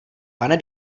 pane